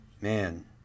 man